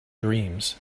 dreams